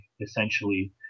essentially